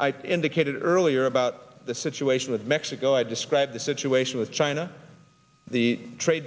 i indicated earlier about the situation with mexico i described the situation with china the tra